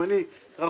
-- הערותיך לא יתקבלו.